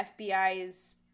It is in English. FBI's